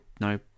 no